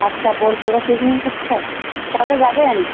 আচ্ছা বোলপুরে পিকনিক হচ্ছে কবে যাবেন